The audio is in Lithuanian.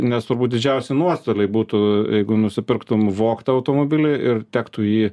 nes turbūt didžiausi nuostoliai būtų jeigu nusipirktumei vogtą automobilį ir tektų jį